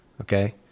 Okay